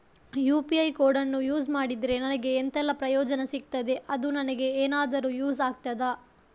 UPI ಕೋಡನ್ನು use ಮಾಡಿದ್ರೆ ನನಗೆ ಎಂಥೆಲ್ಲಾ ಪ್ರಯೋಜನ ಸಿಗ್ತದೆ, ಅದು ನನಗೆ ಎನಾದರೂ ಯೂಸ್ ಆಗ್ತದಾ?